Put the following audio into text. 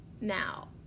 Now